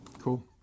Cool